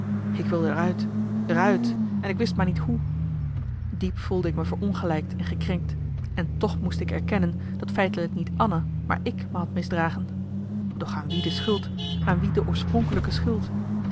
ik wilde er uit er uit en ik wist maar niet hoe diep voelde ik me verongelijkt en gekrenkt en toch moest ik erkennen dat feitelijk niet anna maar ik me had misdragen doch aan wie de schuld aan wie de oorspronkelijke schuld